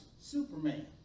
Superman